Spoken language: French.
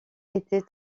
été